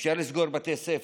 אפשר לסגור בתי ספר,